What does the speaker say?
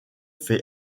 fait